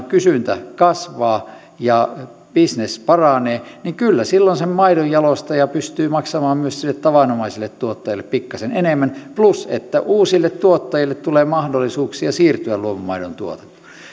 kysyntä kasvaa ja bisnes paranee niin kyllä silloin sen maidon jalostaja pystyy maksamaan myös sille tavanomaiselle tuottajalle pikkasen enemmän plus että uusille tuottajille tulee mahdollisuuksia siirtyä luomumaidon tuotantoon